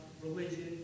religion